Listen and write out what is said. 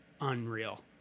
unreal